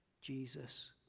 Jesus